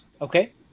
Okay